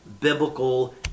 biblical